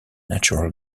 natural